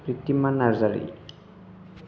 Pritiman Narzary